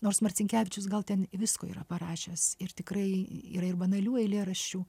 nors marcinkevičius gal ten visko yra parašęs ir tikrai yra ir banalių eilėraščių